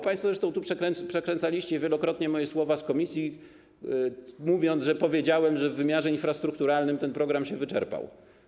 Państwo zresztą tu przekręcaliście wielokrotnie moje słowa z komisji, mówiąc, że powiedziałem, że w wymiarze infrastrukturalnym ten program się wyczerpał.